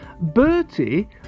Bertie